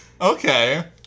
Okay